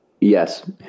Yes